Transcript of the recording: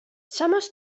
samas